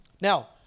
Now